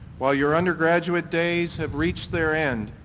while your undergraduate days have reached their end,